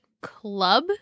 club